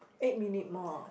eight minute more